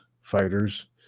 fighters